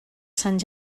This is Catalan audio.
sant